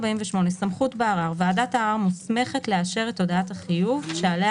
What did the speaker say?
"סמכות בערר 48. ועדת הערר מוסמכת לאשר את הודעת החיוב שעליה